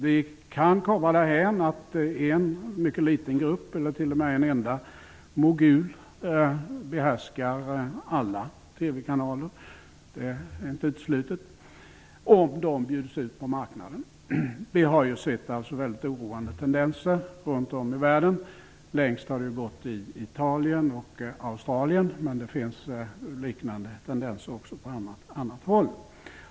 Vi kan komma därhän att en mycket liten grupp eller t.o.m. en enda mogul behärskar alla TV-kanaler -- det är inte uteslutet -- om de bjuds ut på marknaden. Vi har sett väldigt oroande tendenser runt om i världen. Längst har det gått i Italien och Australien, men det finns liknande tendenser också på annat håll.